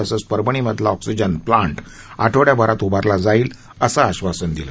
तसंच परभणी मधला oxygen plant आठवड्याभरात उभारला जाईल असं आश्वासन दिलं